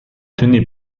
tenais